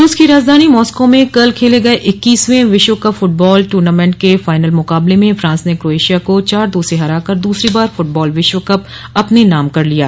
रूस की राजधानी मास्को में कल खेले गये इक्कीसवें विश्व कप फुटबाल टूर्नामेंट के फाइनल मुकाबले में फ्रांस ने क्रोएशिया को चार दो से हरा कर दूसरी बार फुटबाल विश्वकप अपने नाम कर लिया